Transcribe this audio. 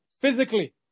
physically